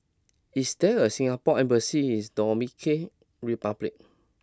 is there a Singapore embassy is Dominican Republic